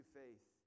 faith